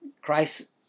Christ